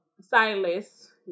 Silas